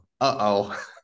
uh-oh